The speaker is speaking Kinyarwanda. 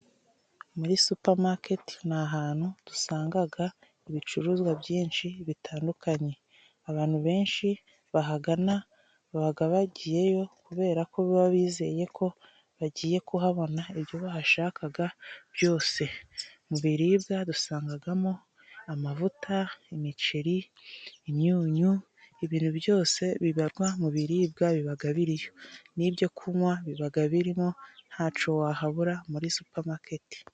Muri supermarket na hantu dusangaga ibicuruzwa byinshi bitandukanye abantu benshi bahagana babaga bagiyeyo kubera ko bizeye ko bagiye kuhabona ibyo bahashakaga byose mu biribwa dusangagamo amavuta, imiceri, imyunyu, ibintu byose bibarwa mu biribwa bibaga biriyo n'ibyo kunywa bibaga birimo ntaco wahabura muri supermarket.